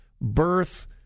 birth